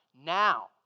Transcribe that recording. now